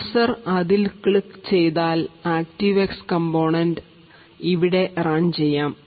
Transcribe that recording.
user അതിൽ click ചെയ്താൽ active X component ഇവിടെ റൺ ചെയ്യാം